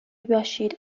باشید